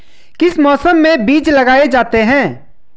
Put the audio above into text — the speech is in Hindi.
किस मौसम में बीज लगाए जाते हैं?